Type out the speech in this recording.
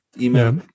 email